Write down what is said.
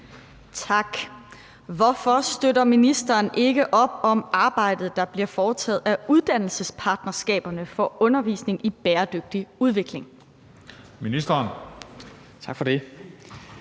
Tak. Hvorfor støtter ministeren ikke op om arbejdet, der bliver foretaget af uddannelsespartnerskaberne for Undervisning i Bæredygtig Udvikling?